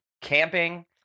Camping